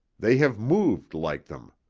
they have moved like them.